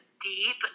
deep